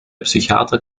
psychiater